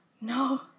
no